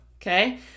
okay